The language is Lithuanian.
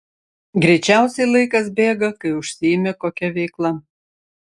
greičiausiai laikas bėga kai užsiimi kokia veikla